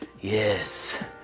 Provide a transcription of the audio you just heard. yes